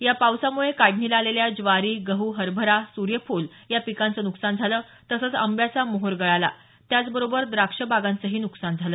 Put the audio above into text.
या पावसामुळे काढणीला आलेल्या ज्वारी गहू हरभरा सुर्यफुल या पिकांच नुकसान झाल तसंच आंब्याचा मोहोर गळाला त्याचबरोबर द्राक्ष बागांचही नुकसान झाल